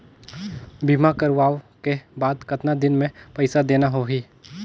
बीमा करवाओ के बाद कतना दिन मे पइसा देना हो ही?